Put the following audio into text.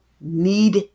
need